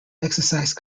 exercised